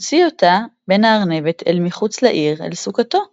הוציא אותה בן-הארנבת אל מחוץ לעיר אל סכתו.